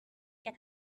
pig